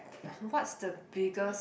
what's the biggest